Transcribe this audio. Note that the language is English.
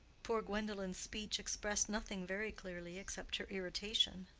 poor gwendolen's speech expressed nothing very clearly except her irritation.